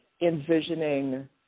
envisioning